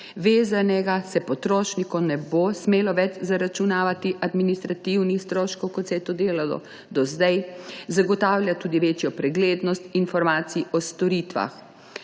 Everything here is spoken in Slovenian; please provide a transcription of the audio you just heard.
vezave se potrošnikom ne bodo smeli več zaračunavati administrativni stroški, kot se je to delalo do sedaj, zagotavlja tudi večjo preglednost informacij o storitvah.